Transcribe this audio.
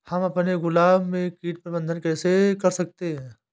हम अपने गुलाब में कीट प्रबंधन कैसे कर सकते है?